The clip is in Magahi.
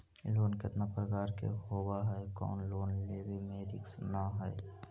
लोन कितना प्रकार के होबा है कोन लोन लेब में रिस्क न है?